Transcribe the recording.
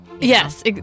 yes